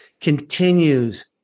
continues